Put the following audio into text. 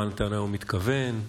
מה נתניהו מתכוון,